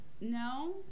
no